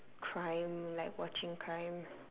crime like watching crime